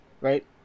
right